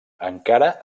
encara